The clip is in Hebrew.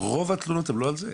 רוב התלונות הם לא על זה,